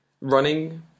running